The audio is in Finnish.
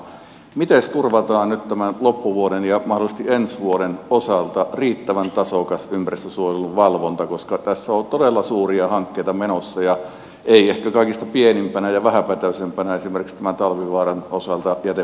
mites turvataan nyt tämän loppuvuoden ja mahdollisesti ensi vuoden osalta riittävän tasokas ympäristönsuojelun valvonta koska tässä on todella suuria hankkeita menossa ja ei ehkä kaikista pienimpänä ja vähäpätöisimpänä esimerkiksi talvivaaran osalta jäteputken rakentaminen